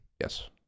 Yes